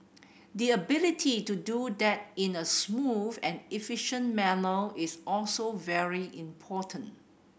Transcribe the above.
the ability to do that in a smooth and efficient manner is also very important